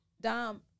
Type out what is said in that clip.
Dom